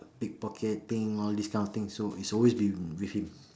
pickpocketing all this kind of things so it's always been with him